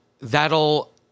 that'll